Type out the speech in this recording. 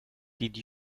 did